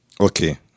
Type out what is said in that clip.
Okay